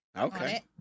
Okay